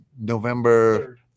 November